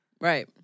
Right